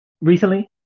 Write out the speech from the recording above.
recently